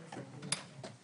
אדוני.